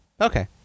Okay